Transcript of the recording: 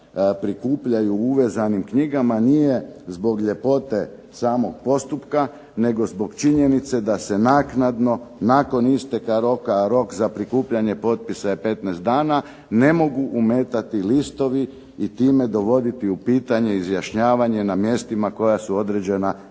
prikupljaju u uvezanim knjigama nije zbog ljepote samog postupka, nego zbog činjenice da se naknadno nakon isteka roka, a rok za prikupljanje potpisa je 15 dana, ne mogu umetati listovi i time dovoditi u pitanje izjašnjavanje na mjestima koja se određena za izjašnjavanje.